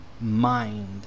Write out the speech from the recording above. mind